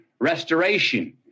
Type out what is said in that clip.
restoration